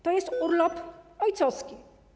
To jest urlop ojcowski.